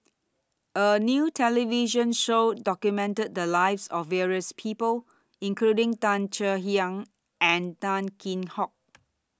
A New television Show documented The Lives of various People including Tan Kek Hiang and Tan Kheam Hock